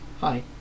hi